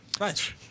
Right